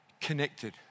connected